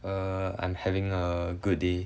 err I'm having a good day